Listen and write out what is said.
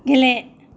गेले